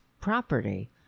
property